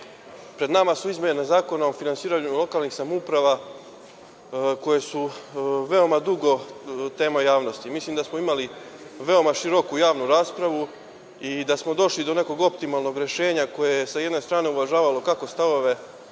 pred nama su izmene Zakona o finansiranju lokalnih samouprava koje su veoma dugo tema u javnosti. Mislim da smo imali veoma široku javnu raspravu i da smo došli do nekog optimalnog rešenja koje je sa jedne strane uvažavalo kako stavove